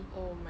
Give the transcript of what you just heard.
oh my